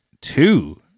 two